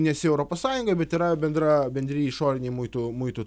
nesi europos sąjungoj bet yra bendra bendri išoriniai muitų muitų